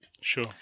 sure